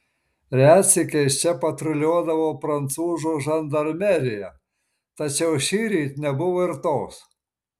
retsykiais čia patruliuodavo prancūzų žandarmerija tačiau šįryt nebuvo ir tos